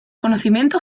conocimiento